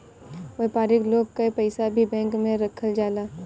व्यापारिक लोग कअ पईसा भी बैंक में रखल जाला